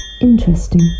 Interesting